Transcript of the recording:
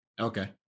Okay